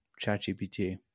ChatGPT